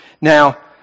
Now